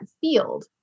field